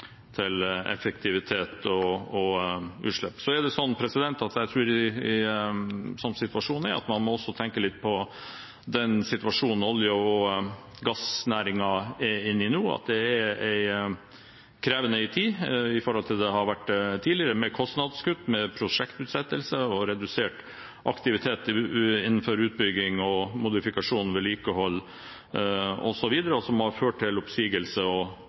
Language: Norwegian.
effektivitet og utslipp. Sånn som situasjonen er, tror jeg at man må tenke litt på den situasjonen olje- og gassnæringen er i nå, at det er en krevende tid i forhold til det det har vært tidligere, med kostnadskutt, prosjektutsettelser og redusert aktivitet innenfor utbygging, modifikasjon og vedlikehold osv., som har ført til oppsigelser og